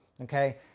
Okay